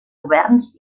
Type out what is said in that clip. governs